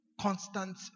constant